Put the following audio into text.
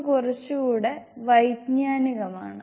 ഇത് കുറച്ചുകൂടി വൈജ്ഞാനികമാണ്